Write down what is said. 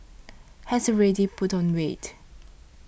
has already put on weight